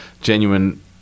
genuine